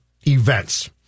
events